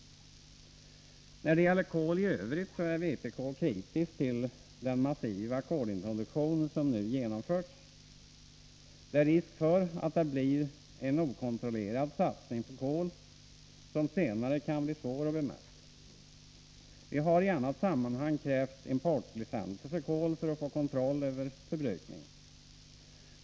När det gäller kol i övrigt är vpk kritiskt till den massiva kolintroduktion som nu genomförs. Det är risk för att det blir en okontrollerad satsning på kol, som senare kan bli svår att bemästra. Vi har i annat sammanhang krävt importlicenser för kol för att få kontroll över förbrukningen.